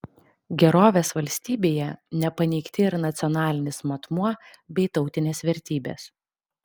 gerovės valstybėje nepaneigti ir nacionalinis matmuo bei tautinės vertybės